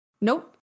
Nope